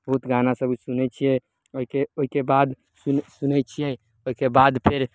बहुत गाना सब सुनै छियै ओहिके ओहिके बाद सुन सुनै छियै ओहिके बाद फेर